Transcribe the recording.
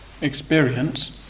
experience